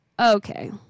okay